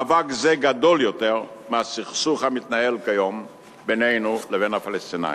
מאבק זה גדול יותר מהסכסוך המתנהל כיום בינינו לבין הפלסטינים.